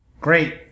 Great